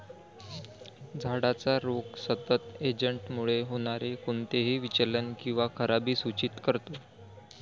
झाडाचा रोग सतत एजंटमुळे होणारे कोणतेही विचलन किंवा खराबी सूचित करतो